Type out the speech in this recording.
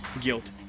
guilt